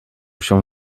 się